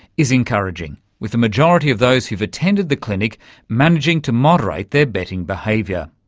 is encouraging, with a majority of those who've attended the clinic managing to moderate their betting behaviour.